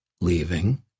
leaving